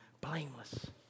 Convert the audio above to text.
blameless